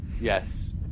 Yes